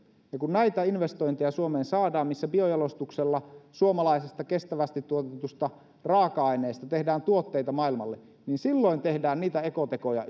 kun saadaan näitä investointeja suomeen missä biojalostuksella suomalaisesta kestävästi tuotetusta raaka aineesta tehdään tuotteita maailmalle niin silloin tehdään niitä ekotekoja